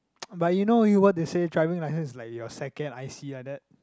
but you know you what they say driving licence is like your second I_C like that